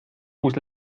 uus